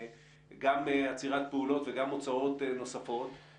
מכשיר אחר עושה זאת תוך שעה.